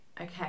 okay